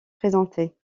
présentées